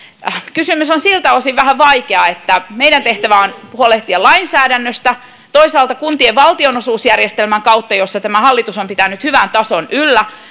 kysymys on siltä osin vähän vaikea että meidän tehtävämme on huolehtia lainsäädännöstä ja toisaalta kuntien valtionosuusjärjestelmän kautta jossa tämä hallitus on pitänyt hyvän tason yllä